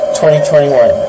2021